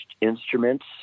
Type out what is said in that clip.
instruments